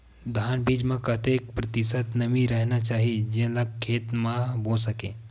धान बीज म कतेक प्रतिशत नमी रहना चाही जेन ला खेत म बो सके?